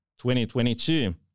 2022